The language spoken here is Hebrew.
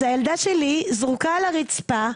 הילדה שלי זרוקה על הרצפה.